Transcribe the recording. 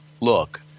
look